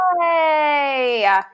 Yay